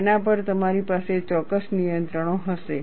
તેના પર તમારી પાસે ચોક્કસ નિયંત્રણો હશે